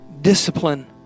discipline